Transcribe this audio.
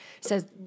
says